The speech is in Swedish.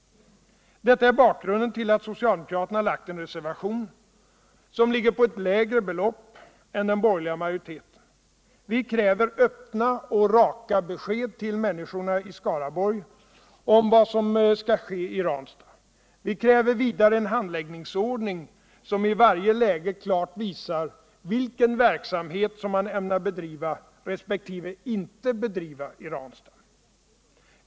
Detta är bakgrunden till att socialdemokraterna i reservation föreslagit ett lägre belopp än den borgerliga majoriteten gjort. Vi kriver öppna och raka besked till människorna i Skaraborg om vad som skall ske i Ranstad. Vi kräver vidare en handläggningsordning som i varje läge klart visar vilken verksamhet som man ämnar bedriva resp. inte bedriva i Ranstad.